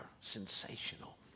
sensational